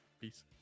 Peace